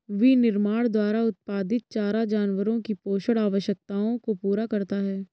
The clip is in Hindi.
विनिर्माण द्वारा उत्पादित चारा जानवरों की पोषण आवश्यकताओं को पूरा करता है